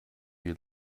you